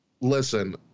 Listen